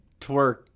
twerk